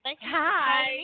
Hi